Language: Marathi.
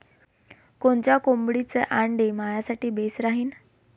कोनच्या कोंबडीचं आंडे मायासाठी बेस राहीन?